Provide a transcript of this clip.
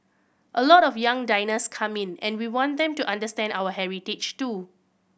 a lot of young diners come in and we want them to understand our heritage too